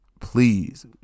please